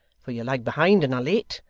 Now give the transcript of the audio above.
for you lag behind and are late.